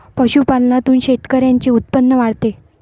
पशुपालनातून शेतकऱ्यांचे उत्पन्न वाढते